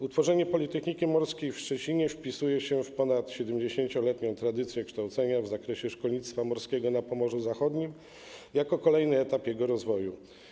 Utworzenie Politechniki Morskiej w Szczecinie wpisuje się w ponad 70-letnią tradycję kształcenia w zakresie szkolnictwa morskiego na Pomorzu Zachodnim jako kolejny etap jego rozwoju.